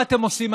מה אתם עושים?